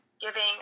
giving